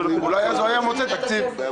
אולי אז הוא היה מוצא תקציב.